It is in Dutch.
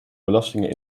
belastingen